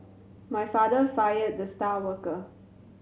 my father fired the star worker